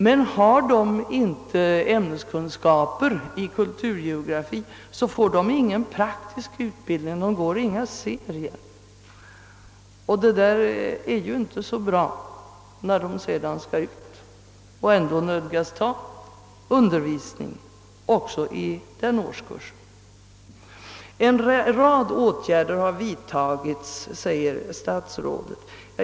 Men har de inte ämneskunskap i kulturgeografi, får de inte någon praktisk utbildning; de går inga serier. Det är inte så bra när de sedermera ändå nödgas undervisa också i den årskursen. En rad åtgärder har vidtagits, säger statsrådet.